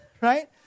Right